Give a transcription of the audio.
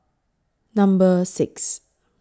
Number six